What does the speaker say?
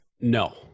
No